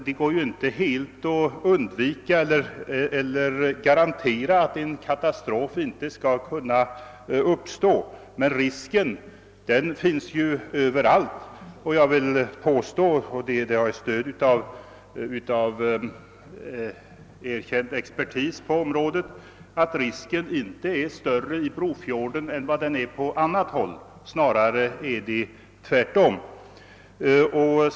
Det är inte möjligt att garantera att en katastrof inte uppstår, men risken finns överallt, och jag vill påstå — och där har jag stöd av erkänd expertis på området — att risken inte är större i Brofjorden än på annat håll, snarare tvärtom.